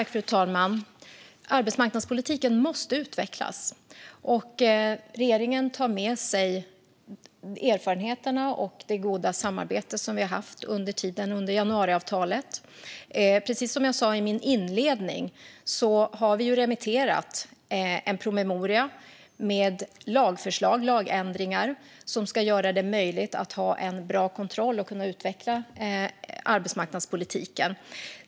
Fru talman! Arbetsmarknadspolitiken måste utvecklas. Regeringen tar med sig erfarenheterna av det goda samarbete som vi hade under tiden med januariavtalet. Precis som jag sa i min inledning har vi remitterat en promemoria med förslag på lagändringar som ska göra det möjligt att ha bra kontroll och att utveckla arbetsmarknadspolitiken.